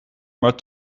maar